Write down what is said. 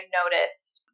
noticed